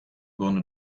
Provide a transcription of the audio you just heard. grunde